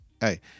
hey